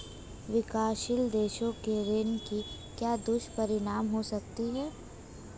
विकासशील देशों के ऋण के क्या दुष्परिणाम हो सकते हैं?